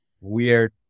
weird